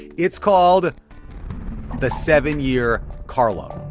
it's called the seven-year car loan.